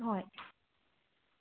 ꯍꯣꯏ